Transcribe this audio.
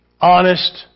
honest